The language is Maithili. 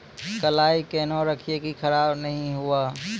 कलाई केहनो रखिए की खराब नहीं हुआ?